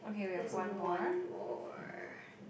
there's one more